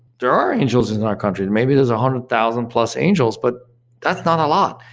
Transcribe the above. there are angels in and our country, and maybe there's a hundred thousand plus angels, but that's not a lot.